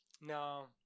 no